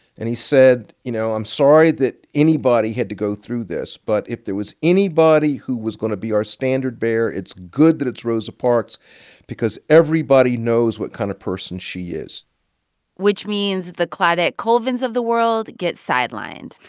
and he said, you know, i'm sorry that anybody had to go through this. but if there was anybody who was going to be our standard bearer, it's good that it's rosa parks because everybody knows what kind of person she is which means the claudette colvins of the world get sidelined.